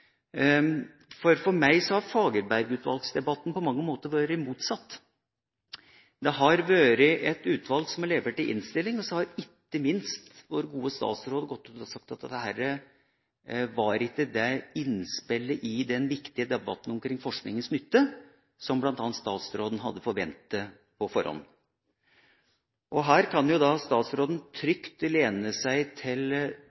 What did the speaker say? for for meg har fagerbergsutvalgsdebatten på mange måter vært motsatt. Det har vært et utvalg som har levert en innstilling, og så har ikke minst vår gode statsråd gått ut og sagt at dette ikke var det innspillet i den viktige debatten omkring forskningens nytte som bl.a. statsråden på forhånd hadde forventet. Her kan statsråden